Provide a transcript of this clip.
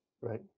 right